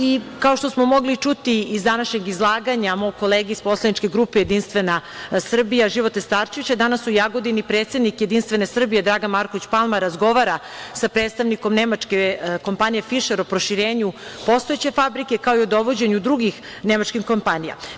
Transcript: I kao što smo mogli čuti iz današnjeg izlaganja mog kolege iz poslaničke grupe JS Živote Starčevića, danas u Jagodini predsednik JS Dragan Marković Palma razgovara sa predstavnikom nemačke kompanije „Fišer“ o proširenju postojeće fabrike, kao i o dovođenju drugih nemačkih kompanija.